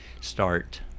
start